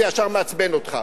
זה ישר מעצבן אותך,